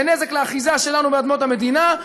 זה נזק לאחיזה שלנו באדמות המדינה,